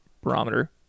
barometer